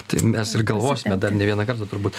tai mes ir galvosime dar ne vieną kartą turbūt